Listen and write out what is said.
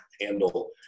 handle